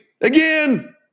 Again